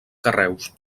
carreus